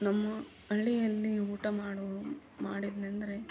ನಮ್ಮ ಹಳ್ಳಿಯಲ್ಲಿ ಊಟ ಮಾಡೋ ಮಾಡಿದನೆಂದ್ರೆ